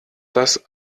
das